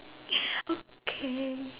okay